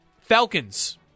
Falcons